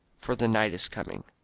for the night is coming.